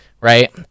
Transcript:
right